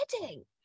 wedding